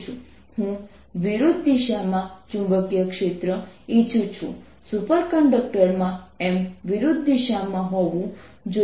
હું વિરુદ્ધ દિશામાં ચુંબકીય ક્ષેત્ર ઇચ્છું છું સુપરકન્ડક્ટરમાં M વિરુદ્ધ દિશામાં હોવું જોઈએ